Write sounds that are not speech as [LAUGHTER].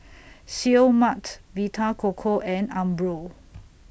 [NOISE] Seoul Mart Vita Coco and Umbro